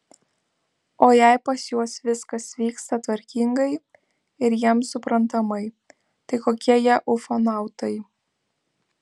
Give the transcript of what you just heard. o jei pas juos viskas vyksta tvarkingai ir jiems suprantamai tai kokie jie ufonautai